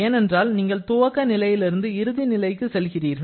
ஏனென்றால் நீங்கள் துவக்க நிலையிலிருந்து இறுதி நிலைக்கு செல்கிறீர்கள்